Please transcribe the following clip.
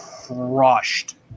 crushed